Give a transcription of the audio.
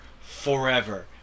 forever